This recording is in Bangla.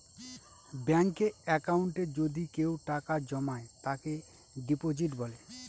ব্যাঙ্কে একাউন্টে যদি কেউ টাকা জমায় তাকে ডিপোজিট বলে